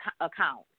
account